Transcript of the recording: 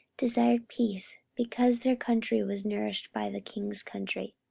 desired peace because their country was nourished by the king's country.